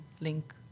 link